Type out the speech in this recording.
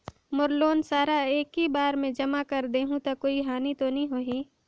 मोर loan सारा एकी बार मे जमा कर देहु तो कोई हानि तो नी होही?